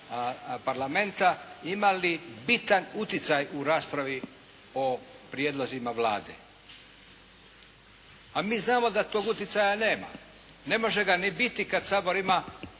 Parlamenta imali bitan utjecaj u raspravi o prijedlozima Vlade. A mi znamo da tog utjecaja nema. Ne može ga ni biti kad Sabor ima